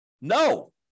No